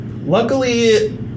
Luckily